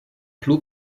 plu